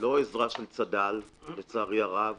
ללא עזרה של צד"ל, לצערי הרב,